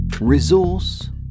Resource